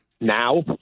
now